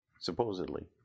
Supposedly